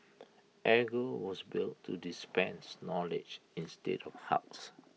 edgar was built to dispense knowledge instead of hugs